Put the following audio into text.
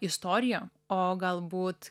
istorija o galbūt